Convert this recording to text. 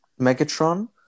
Megatron